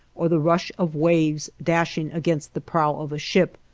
or the rush of waves dashing against the prow of a ship,